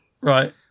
right